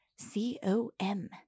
C-O-M